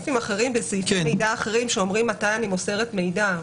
יש הסדרים אחרים בסעיפי מידע אחרים שאומרים מתי אני מוסרת מידע.